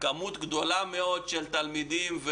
מספר גדול מאוד של תלמידים,